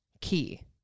key